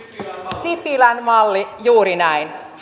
sipilän malli juuri näin